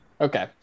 okay